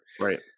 Right